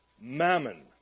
mammon